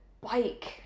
bike